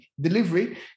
delivery